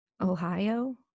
Ohio